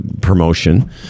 promotion